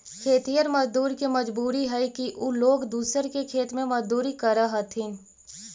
खेतिहर मजदूर के मजबूरी हई कि उ लोग दूसर के खेत में मजदूरी करऽ हथिन